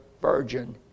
virgin